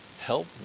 help